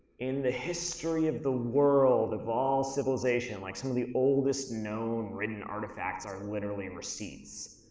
in the history of the world, of all civilization, like some of the oldest known written artifacts are literally receipts.